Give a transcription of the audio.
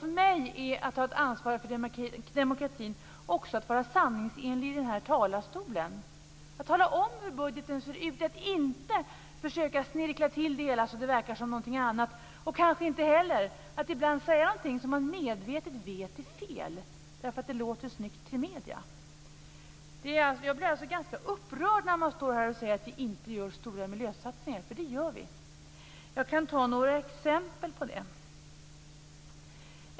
För mig innebär det att också vara sanningsenlig när man står i denna talarstol - att man talar om hur budgeten verkligen ser ut och inte försöker snirkla till det hela så att det verkar som någonting annat. Kanske säger man ibland sådant som man vet är fel men man säger det medvetet därför att det låter snyggt i medierna. Jag blir alltså ganska upprörd när man står här och säger att vi inte gör stora miljösatsningar, för det gör vi. Jag kan ge några exempel.